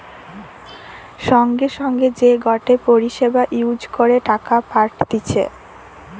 সঙ্গে সঙ্গে যে গটে পরিষেবা ইউজ করে টাকা পাঠতিছে